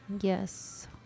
Yes